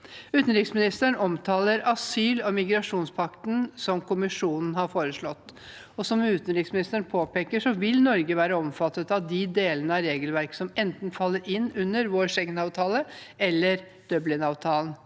Utenriksministeren omtaler asyl- og migrasjonspakten som Kommisjonen har foreslått. Som utenriksministeren påpeker, vil Norge være omfattet av de delene av regelverket som faller inn under enten vår Schengenavtale eller Dublin-avtalen.